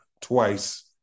twice